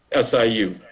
SIU